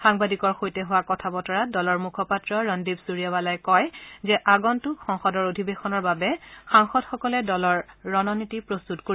সাংবাদিকৰ সৈতে হোৱা কথা বতৰাত দলৰ মুখপাত্ৰ ৰণদীপ সূৰ্যেৱালাই কয় যে আগন্তক সংসদৰ অধিৱেশৰন বাবে সাংসদসকলে দলৰ ৰণনীতি প্ৰস্তত কৰিব